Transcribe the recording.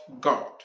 God